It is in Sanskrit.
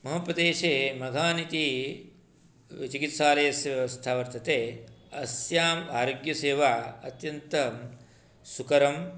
मम प्रदेशे मघान् इति चिकित्सालयस्य व्यवस्था वर्तते अस्याम् आरोग्यसेवा अत्यन्तं सुकरं